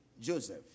Joseph